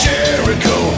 Jericho